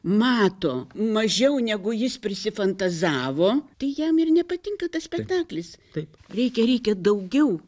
mato mažiau negu jis prisifantazavo tai jam ir nepatinka tas spektaklis taip reikia reikia daugiau